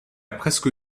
presque